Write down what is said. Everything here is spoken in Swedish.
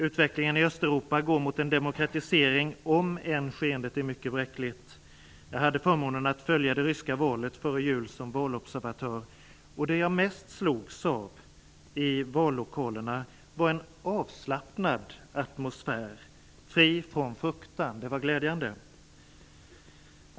Utvecklingen i Östeuropa går mot en demokratisering, om än skeendet är mycket bräckligt. Jag hade förmånen att få följa det ryska valet före jul som valobservatör och det jag mest slogs av i vallokalerna var den avslappnade atmosfär, fri från fruktan.